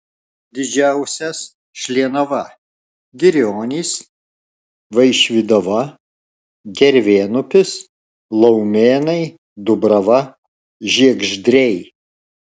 didžiausias šlienava girionys vaišvydava gervėnupis laumėnai dubrava žiegždriai